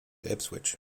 ipswich